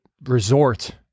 resort